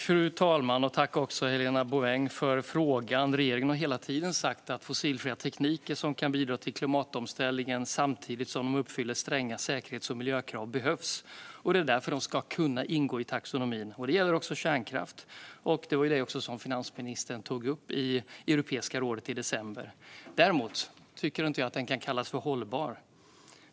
Fru talman! Tack, Helena Bouveng, för frågan! Regeringen har hela tiden sagt att fossilfria tekniker som kan bidra till klimatomställningen samtidigt som de uppfyller stränga säkerhets och miljökrav behövs. Det är därför de ska kunna ingå i taxonomin. Det gäller också kärnkraft, och det var detta som finansministern tog upp i Europeiska rådet i december. Däremot tycker jag inte att den kan kallas för hållbar.